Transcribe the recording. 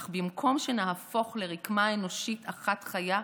אך במקום שנהפוך לרקמה אנושית אחת חיה,